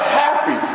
happy